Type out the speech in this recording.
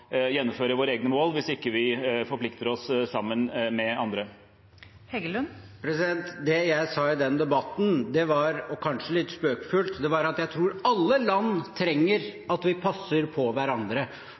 gjennomføre våre egne mål hvis vi ikke forplikter oss sammen med andre? Det jeg sa i den debatten – kanskje litt spøkefullt – var at jeg tror alle land trenger